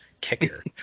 kicker